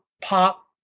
pop